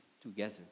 together